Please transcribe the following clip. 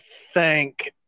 thank